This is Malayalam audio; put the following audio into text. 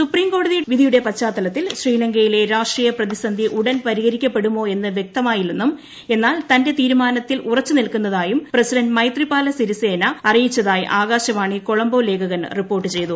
സുപ്രീം കോടതി വിധിയുടെ പശ്ചാത്ത്ലത്തിൽ ശ്രീലങ്കയിലെ രാഷ്ട്രീയ പ്രതിസന്ധി ഉടൻ പരിഹരിക്കപ്പെടുമോ എന്ന് വ്യക്തമായില്ലെന്നും എന്നാൽ തന്റെ തീരുമാനത്തിൽ ഉറച്ചുനിൽക്കുന്നതായും പ്രസിഡന്റ് മൈത്രിപാല സിരിസേന അസന്നിഗ്ധമായി അറിയിച്ചതായും ആകാശവാണി കൊളംബോ ലേഖകൻ റിപ്പോർട്ട് ചെയ്യുന്നു